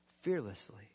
Fearlessly